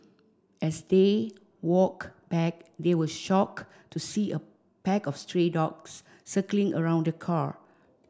as they walked back they were shocked to see a pack of stray dogs circling around the car